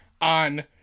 on